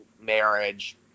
marriage